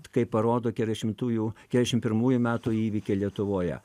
kaip parodo keturiasdešimųjų keturiasdešim pirmų metų įvykiai lietuvoje